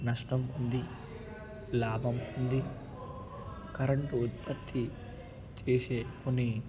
నష్టం ఉంది లాభం ఉంది కరెంటు ఉత్పత్తి చేసే కొన్ని